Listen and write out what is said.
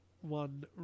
one